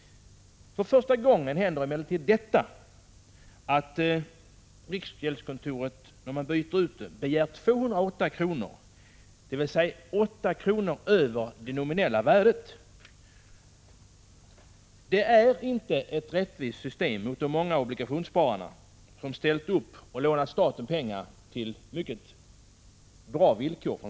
För första gången händer emellertid följande. Riksgäldskontoret begär nu vid utbyte 208 kr., dvs. 8 kr. mer än det nominella värdet. Detta är inte rättvist mot de många obligationsspararna som ställt upp och lånat staten pengar på mycket bra villkor.